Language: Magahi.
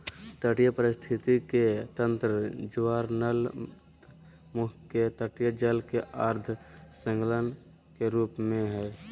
तटीय पारिस्थिति के तंत्र ज्वारनदमुख के तटीय जल के अर्ध संलग्न के रूप में हइ